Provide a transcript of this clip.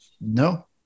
No